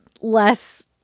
less